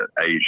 Asia